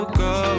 go